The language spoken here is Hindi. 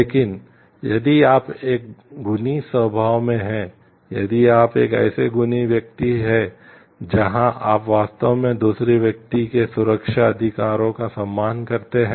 लेकिन यदि आप एक गुणी स्वभाव में हैं यदि आप एक ऐसे गुणी व्यक्ति हैं जहां आप वास्तव में दूसरे व्यक्ति के सुरक्षा अधिकारों का सम्मान करते हैं